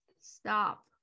stop